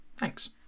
Thanks